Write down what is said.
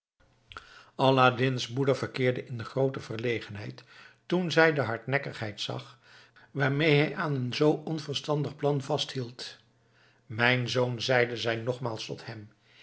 aladdin's moeder verkeerde in groote verlegenheid toen zij de hardnekkigheid zag waarmee hij aan een zoo onverstandig plan vasthield mijn zoon zeide zij nogmaals tot hem